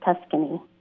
Tuscany